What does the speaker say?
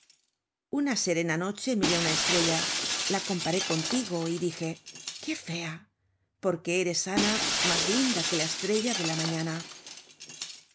una serena noche miré á una estrella la comparé contigo y dije qué fea porque eres ana mas linda que la estrella de la mañana